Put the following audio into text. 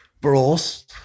bros